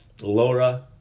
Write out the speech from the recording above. Laura